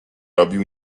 robił